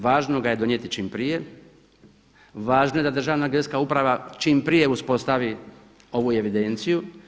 Važno ga je donijeti čim prije, važno je da Državna geodetska uprava čim prije uspostavi ovu evidenciju.